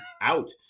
out